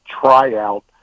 tryout